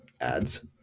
ads